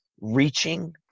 reaching